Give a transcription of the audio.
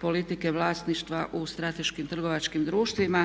politike vlasništva u strateškim trgovačkim društvima,